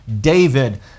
David